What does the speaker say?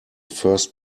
first